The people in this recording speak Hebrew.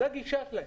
זו הגישה שלהם.